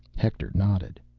hector nodded.